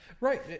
Right